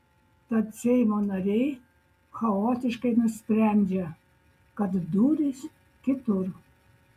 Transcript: tad seimo nariai chaotiškai nusprendžia kad durys kitur